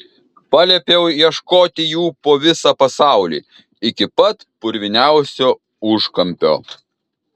paliepiau ieškoti jų po visą pasaulį iki pat purviniausio užkampio